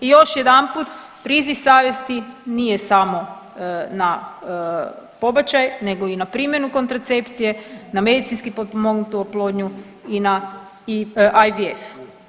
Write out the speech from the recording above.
I još jedanput priziv savjesti nije samo na pobačaj nego i na primjenu kontracepcije, na medicinski potpomognutu oplodnju i na IVF.